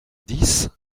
dix